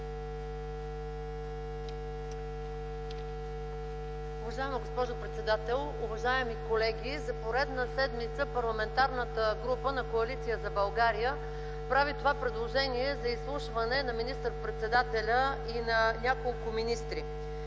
Уважаема госпожо председател, уважаеми колеги! За поредна седмица Парламентарната група на Коалиция за България прави това предложение за изслушване на министър-председателя и на няколко министри,